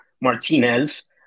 Martinez